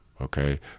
okay